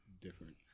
different